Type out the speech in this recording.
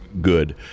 good